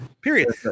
Period